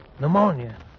Pneumonia